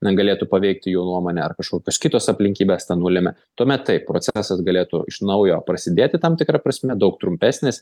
na galėtų paveikti jo nuomonę ar kažkokios kitos aplinkybės nulemia tuomet taip procesas galėtų iš naujo prasidėti tam tikra prasme daug trumpesnis